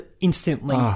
instantly